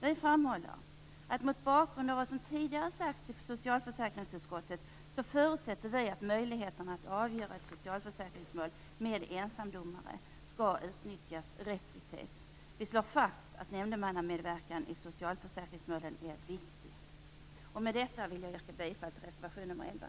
Vi framhåller att vi, mot bakgrund av vad som tidigare sagts i socialförsäkringsutskottet, förutsätter att möjligheterna att avgöra ett socialförsäkringsmål med ensamdomare skall utnyttjas restriktivt. Vi slår fast att nämndemannamedverkan i socialförsäkringsmålen är viktig. Med detta vill jag yrka bifall till reservation nr 11.